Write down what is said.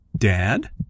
dad